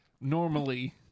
normally